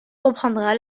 comprendra